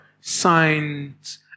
signs